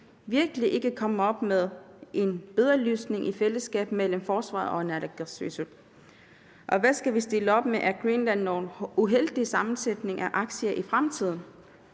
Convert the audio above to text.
virkelig ikke komme op med en bedre løsning i fællesskab mellem forsvaret og Naalakkersuisut? Hvad skal vi stille op med Air Greenlands noget uheldige sammensætning af aktier i fremtiden?